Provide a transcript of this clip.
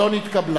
לא נתקבלה.